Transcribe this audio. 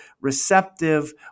receptive